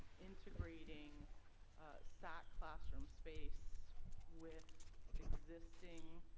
integrating sac classroom space with existing